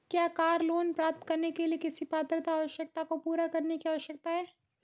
क्या car loan प्राप्त करने के लिए किसी पात्रता आवश्यकता को पूरा करने की आवश्यकता है?